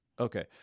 Okay